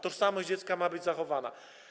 Tożsamość dziecka ma być zachowana.